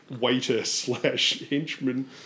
waiter-slash-henchman